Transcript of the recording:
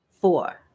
four